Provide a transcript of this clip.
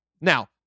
Now